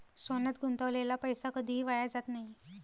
सोन्यात गुंतवलेला पैसा कधीही वाया जात नाही